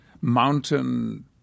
mountain